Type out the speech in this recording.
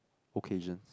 occasions